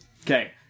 Okay